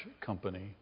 company